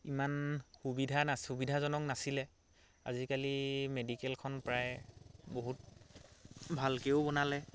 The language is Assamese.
ইমান সুবিধা নাছ সুবিধাজনক নাছিলে আজিকালি মেডিকেলখন প্ৰায় বহুত ভালকৈও বনালে